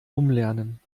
umlernen